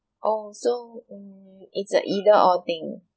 oh so um it's a either or thing